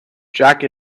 jack